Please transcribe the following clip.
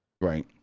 Right